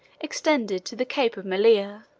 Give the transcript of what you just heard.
extended to the cape of malea